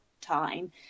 time